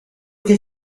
che